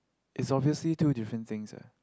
it's obviously two different things ah